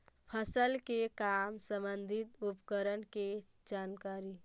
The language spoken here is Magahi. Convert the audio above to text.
फसल के काम संबंधित उपकरण के जानकारी?